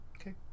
Okay